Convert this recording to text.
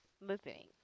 Listening